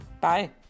Bye